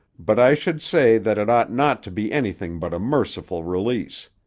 but i should say that it ought not to be anything but a merciful release.